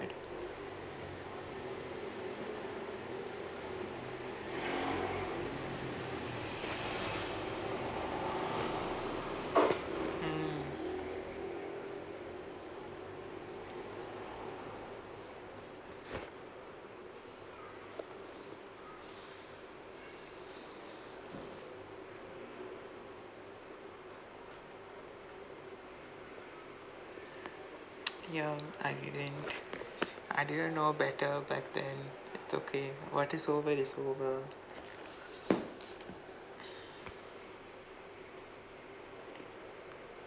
mm ya I didn't I didn't know better back then it's okay what is over is over